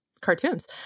cartoons